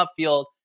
upfield